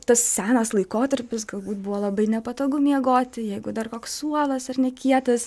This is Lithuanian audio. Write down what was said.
tas senas laikotarpis galbūt buvo labai nepatogu miegoti jeigu dar koks suolas ar ne kietas